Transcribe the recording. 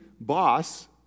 boss